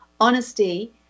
honesty